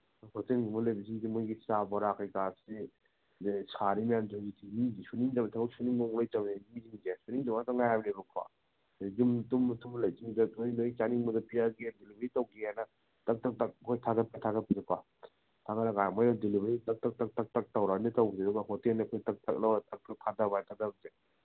ꯍꯣꯇꯦꯜꯒꯨꯝꯕ ꯂꯩꯕꯁꯤꯡꯁꯦ ꯃꯈꯣꯏꯒꯤ ꯆꯥ ꯕꯣꯔꯥ ꯀꯔꯤ ꯀꯔꯥꯁꯦ ꯁꯥꯔꯤ ꯃꯌꯥꯝꯁꯦ ꯍꯧꯖꯤꯛꯇꯤ ꯃꯤꯁꯦ ꯁꯨꯅꯤꯡꯗꯕ ꯊꯕꯛ ꯁꯨꯅꯤꯡꯕꯃꯨꯛ ꯂꯩꯇꯕꯅꯦ ꯃꯤꯁꯤꯡꯁꯦ ꯁꯨꯅꯤꯡꯗꯕ ꯉꯥꯛ ꯉꯥꯏꯔꯕꯅꯦꯕꯀꯣ ꯑꯗꯨꯗꯩ ꯌꯨꯝꯗ ꯇꯨꯝꯃ ꯇꯨꯝꯃ ꯂꯩꯕꯁꯤꯡꯗ ꯅꯣꯏ ꯅꯣꯏ ꯆꯥꯅꯤꯡꯕꯗꯣ ꯄꯤꯔꯛꯀꯦ ꯗꯤꯂꯤꯕꯔꯤ ꯇꯧꯔꯤꯅ ꯇꯛ ꯇꯛ ꯑꯩꯈꯣꯏ ꯊꯥꯒꯠꯄ ꯊꯥꯒꯠꯄꯗꯀꯣ ꯊꯥꯒꯠꯂꯀꯥꯟꯗ ꯃꯣꯏꯅ ꯗꯤꯂꯤꯚꯔꯤ ꯇꯛ ꯇꯛ ꯇꯛ ꯇꯧꯔꯅꯤ ꯇꯧꯕꯁꯤꯗ ꯍꯣꯇꯦꯜꯗ ꯇꯛ ꯇꯛ ꯂꯧꯔ ꯇꯛ ꯇꯛ ꯊꯥꯗꯕ ꯊꯥꯗꯕꯁꯦ